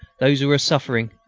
those who are suffering,